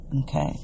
Okay